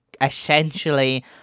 essentially